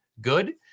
good